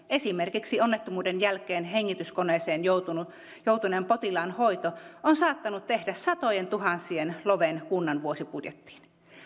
esimerkiksi onnettomuuden jälkeen hengityskoneeseen joutuneen joutuneen potilaan hoito on saattanut tehdä satojentuhansien loven kunnan vuosibudjettiin